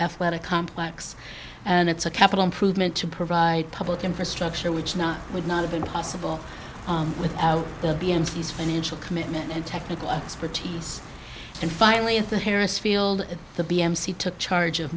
athletic complex and it's a capital improvement to provide public infrastructure which not would not have been possible without the b n fees financial commitment and technical expertise and finally at the harris field the b m c took charge of